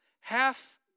half